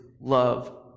love